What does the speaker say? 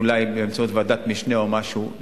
אולי באמצעות ועדת משנה או משהו,